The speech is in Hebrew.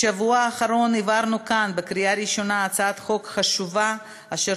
בשבוע האחרון העברנו כאן בקריאה ראשונה הצעת חוק חשובה אשר